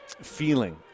feeling